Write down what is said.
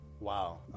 Wow